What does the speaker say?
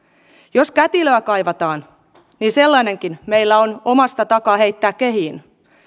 jos kätilöä kaivataan niin sellainenkin meillä on omasta takaa heittää kehiin